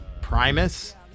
Primus